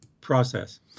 process